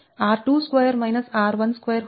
ఇది 0